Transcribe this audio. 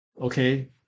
okay